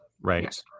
Right